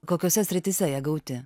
kokiose srityse jie gauti